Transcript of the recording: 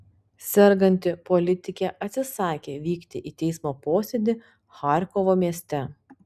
serganti politikė atsisakė vykti į teismo posėdį charkovo mieste